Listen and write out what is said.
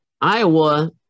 Iowa